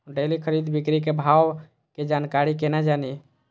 Daily खरीद बिक्री के भाव के जानकारी केना जानी?